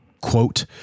Quote